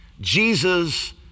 Jesus